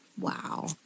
Wow